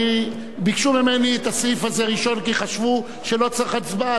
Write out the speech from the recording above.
ביקשו ממני את הסעיף הזה ראשון כי חשבו שלא צריך הצבעה.